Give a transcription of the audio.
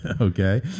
Okay